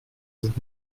sind